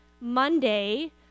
Monday